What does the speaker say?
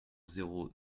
zéro